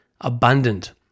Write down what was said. Abundant